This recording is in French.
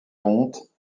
ponte